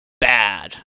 bad